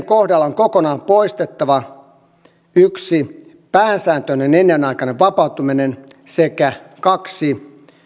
kohdalla on kokonaan poistettava yksi pääsääntöinen ennenaikainen vapautuminen sekä kaksi